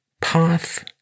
path